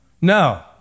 no